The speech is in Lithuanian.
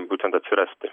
būtent atsirasti